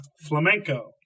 Flamenco